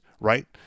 right